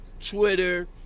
Twitter